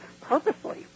purposely